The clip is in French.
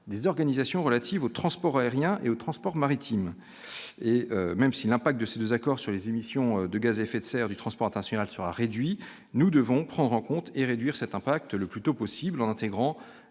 des organisations relatives au transport aérien et au transport maritime, et même si l'impact de ces désaccords sur les émissions de gaz à effet de serre du transport international sera réduit, nous devons prendre en compte et réduire cet impact le plus tôt possible en intégrant